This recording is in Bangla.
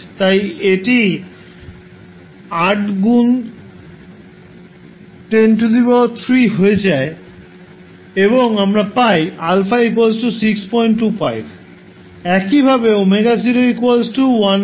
তাই এটি 8 X 103 হয়ে যায় এবং আমরা পাই α 625